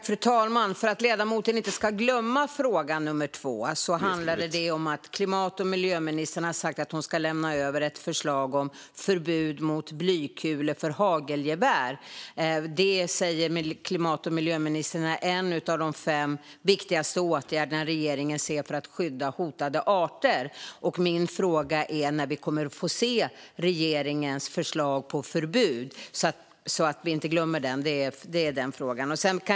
Fru talman! För att ledamoten inte ska glömma fråga nummer två vill jag påminna om att den handlade om att klimat och miljöministern har sagt att hon ska lämna över ett förslag om förbud mot blykulor för hagelgevär. Det är enligt klimat och miljöministern en av de fem viktigaste åtgärder regeringen ser för att skydda hotade arter. Min fråga, så att vi inte glömmer den, är när vi får se regeringens förslag till förbud.